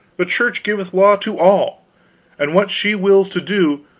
the church giveth law to all and what she wills to do,